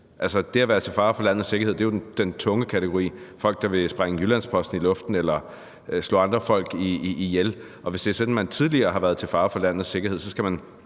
Altså, det at være til fare for landets sikkerhed er jo i den tunge kategori: folk, der vil sprænge Jyllands-Posten i luften eller slå andre folk ihjel. Og hvis det er sådan, at man tidligere har været til fare for landets sikkerhed, skal man